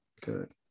good